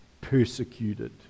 persecuted